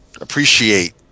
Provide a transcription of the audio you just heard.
appreciate